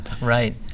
Right